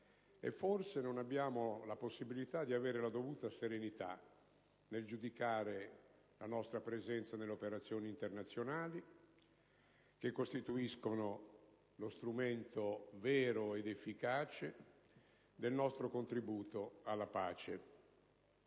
e forse non abbiamo la possibilità di avere la dovuta serenità nel giudicare la nostra partecipazione alle suddette missioni, che costituiscono lo strumento vero ed efficace del nostro contributo alla pace.